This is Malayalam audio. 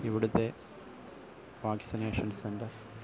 ഇവിടുത്തെ വാക്സിനേഷൻ സെൻറ്റർ